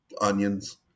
Onions